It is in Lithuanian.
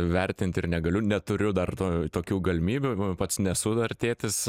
vertinti ir negaliu neturiu dar to tokių galimybių pats nesu dar tėtis